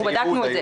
בדקנו את זה.